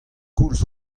koulz